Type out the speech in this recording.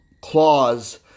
clause